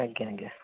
ଆଜ୍ଞା ଆଜ୍ଞା